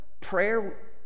prayer